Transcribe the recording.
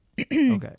Okay